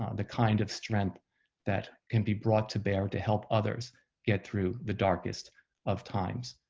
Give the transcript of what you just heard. um the kind of strength that can be brought to bear to help others get through the darkest of times.